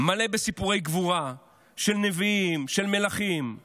מלא בסיפורי גבורה של נביאים, של מלכים,